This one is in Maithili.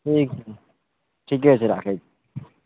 ठीक ठीके छै राखै